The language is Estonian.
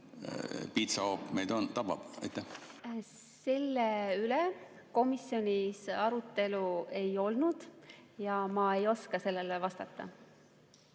piitsahoop meid tabab? Selle üle komisjonis arutelu ei olnud ja ma ei oska sellele vastata.